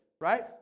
right